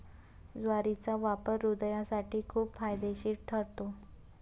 ज्वारीचा वापर हृदयासाठी खूप फायदेशीर ठरतो